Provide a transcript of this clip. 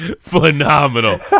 Phenomenal